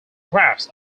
graphs